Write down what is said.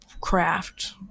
craft